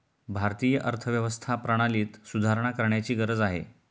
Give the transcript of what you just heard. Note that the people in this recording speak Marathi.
भारतीय अर्थव्यवस्था प्रणालीत सुधारणा करण्याची गरज आहे